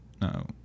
no